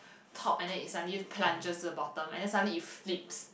top and then it suddenly plunges to the bottom and then suddenly it flips